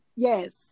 Yes